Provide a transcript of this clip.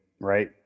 Right